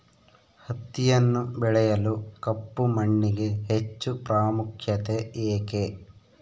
ಹತ್ತಿಯನ್ನು ಬೆಳೆಯಲು ಕಪ್ಪು ಮಣ್ಣಿಗೆ ಹೆಚ್ಚು ಪ್ರಾಮುಖ್ಯತೆ ಏಕೆ?